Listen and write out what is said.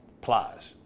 Plies